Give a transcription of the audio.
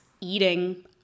eating